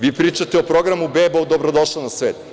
Vi pričate o programu „Bebo, dobrodošla na svet“